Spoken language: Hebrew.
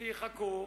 שיחכו,